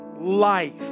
life